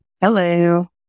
Hello